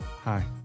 Hi